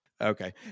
Okay